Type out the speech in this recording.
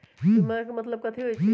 बीमा के मतलब कथी होई छई?